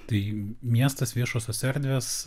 tai miestas viešosios erdvės